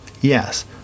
Yes